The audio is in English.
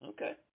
Okay